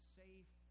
safe